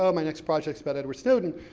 ah my next project's about edward snowden.